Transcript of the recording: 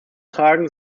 tragen